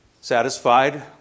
satisfied